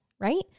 right